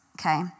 okay